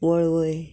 वळवय